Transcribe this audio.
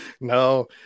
no